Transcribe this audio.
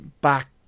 back